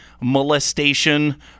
molestation